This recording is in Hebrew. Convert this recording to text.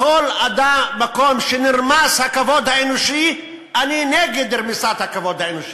בכל מקום שנרמס הכבוד האנושי אני נגד רמיסת הכבוד האנושי.